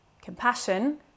compassion